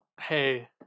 Hey